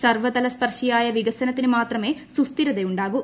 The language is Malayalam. സർവതല സ്പർശിയായ വികസനത്തിന് മാത്രമേ സുസ്ഥിരത ഉണ്ടാകു